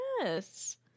Yes